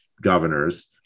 governors